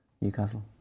Newcastle